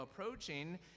approaching